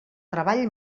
treball